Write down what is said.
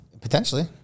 Potentially